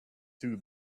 two